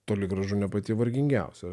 toli gražu ne pati vargingiausia ar ne jinai buvo